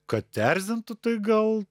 kad erzintų tai gal